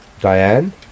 Diane